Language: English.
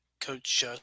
coach